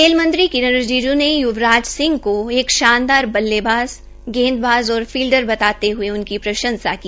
खेल मंत्री किरण रिजिज् ने य्वराज सिंह को एक शानदार बल्लेबाज़ गेंदबाज और फील्डर बताते हये उनकी प्रशंसा की